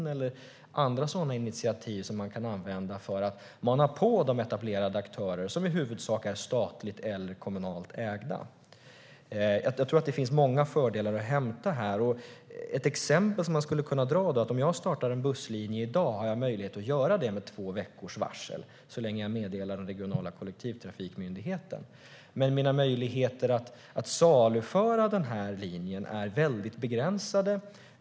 Det kan vara andra sådana initiativ som man kan använda för att mana på de etablerade aktörer som i huvudsak är statligt eller kommunalt ägda. Jag tror att det finns många fördelar att hämta. Ett exempel som man skulle kunna dra är att om man startar en busslinje i dag har man möjlighet att göra det med två veckors varsel så länge man meddelar den regionala kollektivtrafikmyndigheten. Men möjligheterna att saluföra linjen är begränsade.